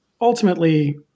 ultimately